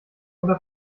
oder